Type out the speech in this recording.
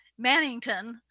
mannington